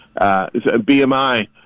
BMI